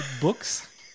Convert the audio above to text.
Books